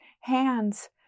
hands